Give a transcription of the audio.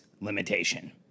limitation